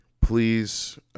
please